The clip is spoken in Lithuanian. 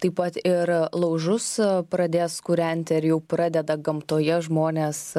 taip pat ir laužus pradės kūrenti ar jau pradeda gamtoje žmonės